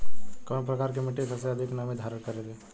कउन प्रकार के मिट्टी सबसे अधिक नमी धारण करे ले?